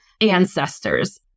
ancestors